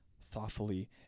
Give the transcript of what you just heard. thoughtfully